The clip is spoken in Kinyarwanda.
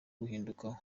guhinduka